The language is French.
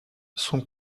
son